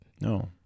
No